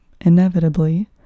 inevitably